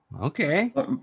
Okay